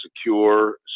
secure